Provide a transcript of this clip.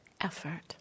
effort